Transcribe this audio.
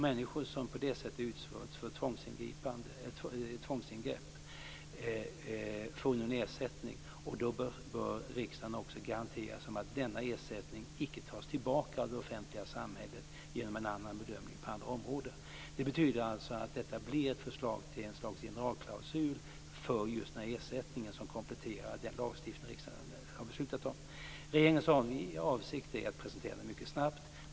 Människor som på detta sätt utsatts för ett tvångsingrepp får nu en ersättning, och då bör riksdagen också garantera att denna ersättning inte tas tillbaka av det offentliga samhället genom en annan bedömning på andra områden. Det betyder att detta blir ett förslag till ett slags generalklausul för just den här ersättningen som kompletterar den lagstiftning som riksdagen har beslutat om. Regeringens avsikt är att presentera detta mycket snabbt.